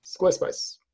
Squarespace